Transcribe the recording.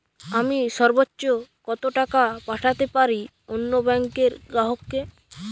আমি সর্বোচ্চ কতো টাকা পাঠাতে পারি অন্য ব্যাংকের গ্রাহক কে?